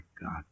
God